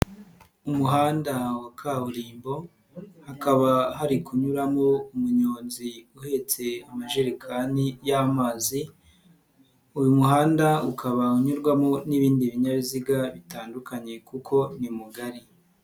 Umuhanda wa kaburimbo hakaba hari kunyuramo umunyonzi uhetse amajerekani y'amazi, uyu muhanda ukaba unyurwamo n'ibindi binyabiziga bitandukanye kuko ni mugari.